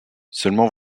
seulement